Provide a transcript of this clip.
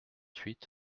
huit